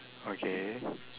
okay